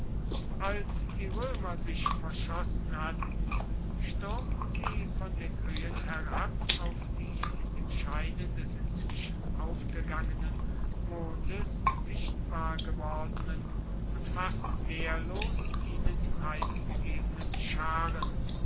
als die römer sich verschossen hatten stürmten sie von den höhen herab auf die in dem scheine des inzwischen aufgegangen mondes sichtbar gewordenen und fast wehrlos ihnen preisgegebenen scharen